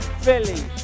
Philly